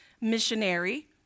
missionary